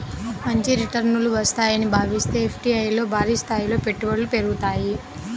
మంచి రిటర్నులు వస్తాయని భావిస్తే ఎఫ్డీఐల్లో భారీస్థాయిలో పెట్టుబడులు పెరుగుతాయి